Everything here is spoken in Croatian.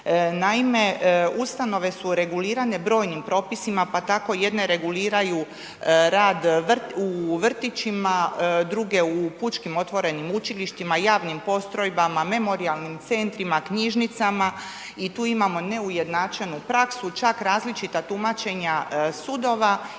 Naime, ustanove su regulirane brojnim propisima, pa tako jedne reguliraju rad u vrtićima, druge u pučkim otvorenim učilištima, javnim postrojbama, memorijalnim centrima i tu imamo neujednačenu praksu, čak različita tumačenja sudova i